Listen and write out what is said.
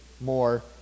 more